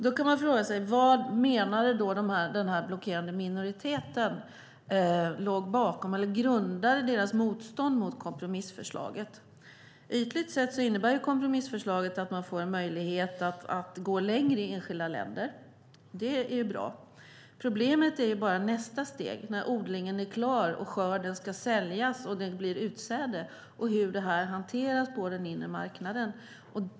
Då kan man fråga sig vad den blockerande minoriteten menade att grunden var för deras motstånd mot kompromissförslaget. Ytligt sett innebär ju kompromissförslaget att enskilda länder får möjlighet att gå längre. Det är bra. Problemet är bara nästa steg, när odlingen är klar. När skörden ska säljas och det blir utsäde uppstår frågan hur det här hanteras på den inre marknaden.